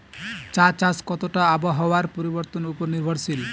চা চাষ কতটা আবহাওয়ার পরিবর্তন উপর নির্ভরশীল?